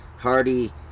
Hardy